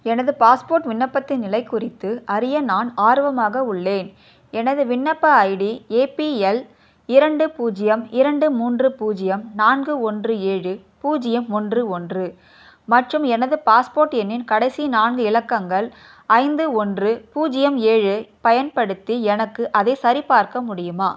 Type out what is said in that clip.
எனது பாஸ்போர்ட் விண்ணப்பத்தின் நிலை குறித்து அறிய நான் ஆர்வமாக உள்ளேன் எனது விண்ணப்ப ஐடி ஏபிஎல் இரண்டு பூஜ்ஜியம் இரண்டு மூன்று பூஜ்ஜியம் நான்கு ஒன்று ஏழு பூஜ்ஜியம் ஒன்று ஒன்று மற்றும் எனது பாஸ்போர்ட் எண்ணின் கடைசி நான்கு இலக்கங்கள் ஐந்து ஒன்று பூஜ்ஜியம் ஏழு பயன்படுத்தி எனக்கு அதை சரிபார்க்க முடியுமா